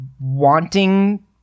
wanting